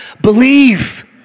believe